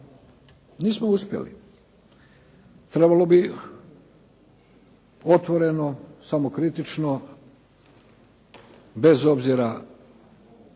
nismo uspjeli. Trebalo bi otvoreno, samokritično bez obzira